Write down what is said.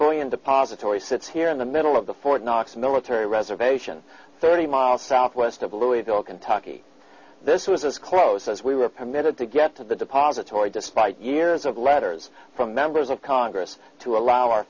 and depository sits here in the middle of the fort knox military reservation thirty miles southwest of louisville kentucky this is as close as we were permitted to get to the depository despite years of letters from members of congress to allow our